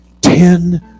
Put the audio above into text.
ten